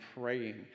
praying